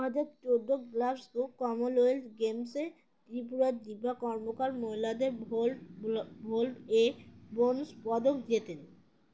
আম টোডক গ্লাভস ও ক্মলয়েল গেমসের ত্রিপুরার দীবা কর্মকার মহিলাদের ভোল ভোল এ ব্রোঞ্জ পদক দিয়েতেন